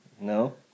No